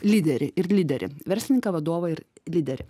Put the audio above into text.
lyderį ir lyderį verslininką vadovą ir lyderį